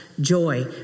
joy